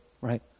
right